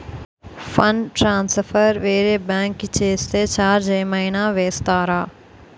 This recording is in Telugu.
ఫండ్ ట్రాన్సఫర్ వేరే బ్యాంకు కి చేస్తే ఛార్జ్ ఏమైనా వేస్తారా?